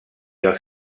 els